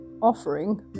offering